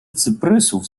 cyprysów